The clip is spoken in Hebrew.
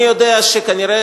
אני יודע שכנראה,